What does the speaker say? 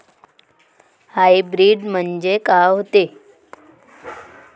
Hybrid म्हनजे का होते?